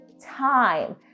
time